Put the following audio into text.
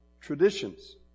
traditions